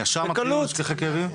וישר מתחילים עם משככי כאבים?